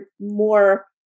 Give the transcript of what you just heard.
more